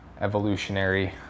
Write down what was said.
evolutionary